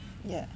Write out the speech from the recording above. ya